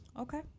Okay